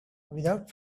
without